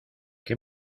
que